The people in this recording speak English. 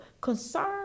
Concern